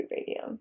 Radio